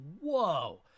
whoa